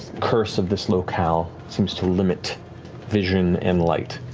curse of this locale seems to limit vision and light.